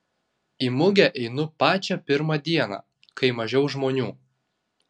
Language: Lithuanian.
į mugę einu pačią pirmą dieną kai mažiau žmonių